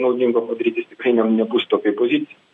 naudingo padaryti jis tikrai ne nebus tokioj pozicijoj